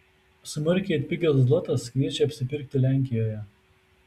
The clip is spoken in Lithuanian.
smarkiai atpigęs zlotas kviečia apsipirkti lenkijoje